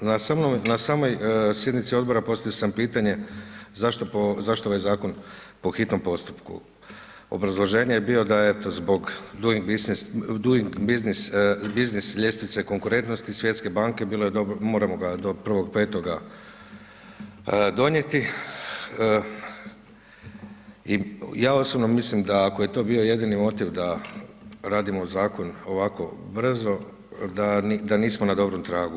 Na samoj sjednici Odbora postavio sam pitanje zašto po, zašto ovaj Zakon po hitnom postupku, obrazloženje je bilo da eto zbog doing business ljestvice konkurentnosti Svjetske banke bilo je dobro, moramo ga do 01.05. donijeti, i ja osobno mislim da ako je to bio jedini motiv da radimo Zakon ovako brzo, da nismo na dobrom tragu.